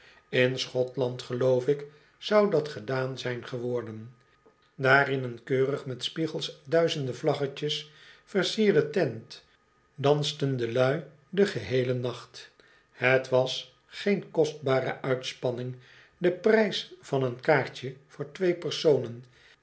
in een keurig met spiegels en duizenden vlaggetjes versierde tent dansten de lui den geheelen nacht het was geen kostbare uitspanning de prijs van een kaartje voor twee personen